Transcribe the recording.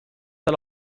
tal